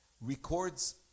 records